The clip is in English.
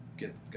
get